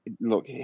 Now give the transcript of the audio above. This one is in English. look